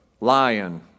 Lion